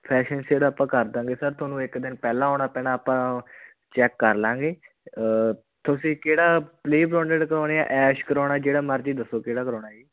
fashion shade ਆਪਾਂ ਕਰਦਾਂਗੇ sir ਤੁਹਾਨੂੰ ਇੱਕ ਦਿਨ ਪਹਿਲਾਂ ਆਉਣਾ ਪੈਣਾ ਆਪਾਂ ਚੈੱਕ ਕਰਲਾਂਗੇ ਤੁਸੀਂ ਕਿਹੜਾ ਪਲੇ ਬੌਂਡਡ ਕਰਾਉਣਾ ਐਸ਼ ਕਰਾਉਣਾ ਜਿਹੜਾ ਮਰਜ਼ੀ ਦੱਸੋ ਕਿਹੜਾ ਕਰਾਉਣਾ ਜੀ